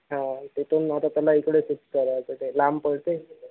हो तिथून आता त्याला इकडे शिफ्ट करायचं ते लांब पडतं आहे